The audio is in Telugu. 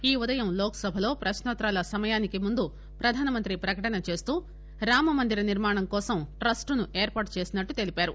ఈ ఉదయం లోక్ సభలో ప్రక్నోత్తరాల సమాయానికి ముందు ప్రధానమంత్రి ప్రకటన చేస్తూ రామ మందిర నిర్మాణం కోసం ట్రస్ట్ ను ఏర్పాటు చేసినట్టు తెలిపారు